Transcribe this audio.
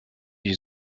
you